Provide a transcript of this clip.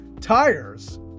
Tires